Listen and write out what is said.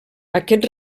aquest